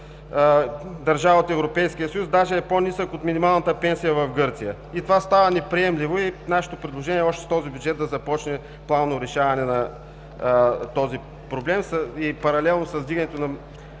държавата и за Европейския съюз, даже е по-нисък от минималната пенсия в Гърция. Това става неприемливо и нашето предложение е още с този бюджет да започне плавното решаване на този проблем: паралелно с вдигането на